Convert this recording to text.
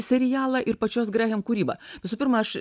serialą ir pačios grehem kūrybą visų pirma aš